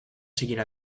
seguir